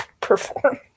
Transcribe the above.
perform